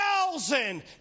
thousand